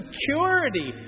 security